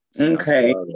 Okay